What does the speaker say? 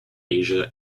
asia